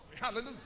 Hallelujah